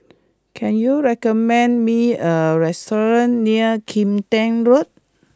can you recommend me a restaurant near Kim Tian Road